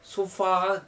so far